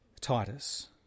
Titus